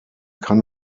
kann